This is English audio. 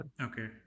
Okay